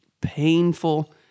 painful